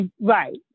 Right